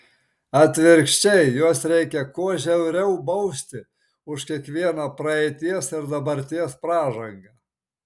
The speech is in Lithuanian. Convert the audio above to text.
atvirkščiai juos reikia kuo žiauriau bausti už kiekvieną praeities ir dabarties pražangą